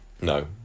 No